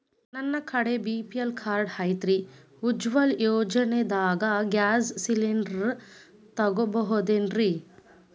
ನನ್ನ ಕಡೆ BPL card ಐತ್ರಿ, ಉಜ್ವಲಾ ಯೋಜನೆದಾಗ ಗ್ಯಾಸ್ ಸಿಲಿಂಡರ್ ತೊಗೋಬಹುದೇನ್ರಿ?